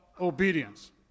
obedience